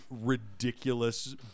ridiculous